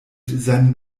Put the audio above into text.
seinen